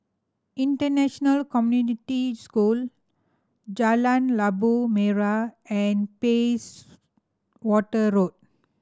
International Community School Jalan Labu Merah and Bayswater Road